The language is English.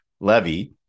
Levy